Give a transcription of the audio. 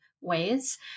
ways